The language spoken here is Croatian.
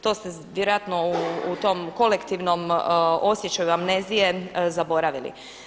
To ste vjerojatno u tom kolektivnom osjećaju amnezije zaboravili.